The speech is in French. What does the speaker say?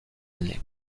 année